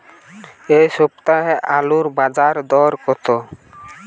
এ সপ্তাহে আলুর বাজার দর কত?